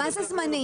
מה זה אומר "זמנית"?